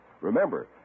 Remember